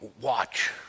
watch